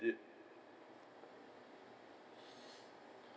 it